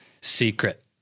secret